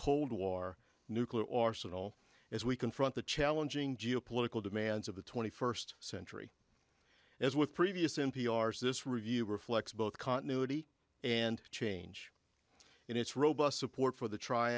cold war nuclear arsenal as we confront the challenging geo political demands of the twenty first century as with previous npr's this review reflects both continuity and change in its robust support for the tr